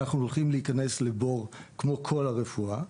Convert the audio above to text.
אנחנו הולכים להיכנס לבור כמו כל הרפואה,